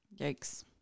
Yikes